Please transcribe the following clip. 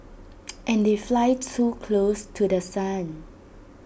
and they fly too close to The Sun